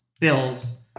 Bills